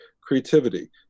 creativity